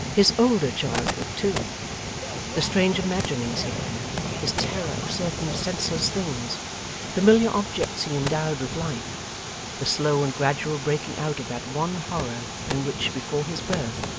his older childhood, too the strange imaginings he had his terror of certain senseless things familiar objects he endowed with life the slow and gradual breaking out of that one horror, in which, before his birth,